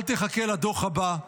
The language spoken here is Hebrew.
אל תחכה לדוח הבא.